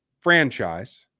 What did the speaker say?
franchise